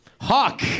Hawk